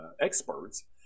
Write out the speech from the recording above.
experts